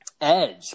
Edge